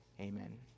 amen